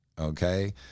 Okay